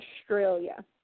Australia